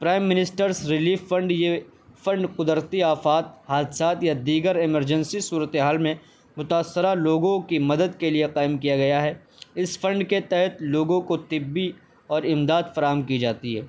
prime ministers relief fund یہ fund قدرتی آفات حادثات یا دیگر ایمرجنسی صورتحال میں متاثر لوگوں کی مدد کے لیے قائم کیا گیا ہے اس فنڈ کے تحت لوگوں کو طبی اور امداد فراہم کی جاتی ہے